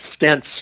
stents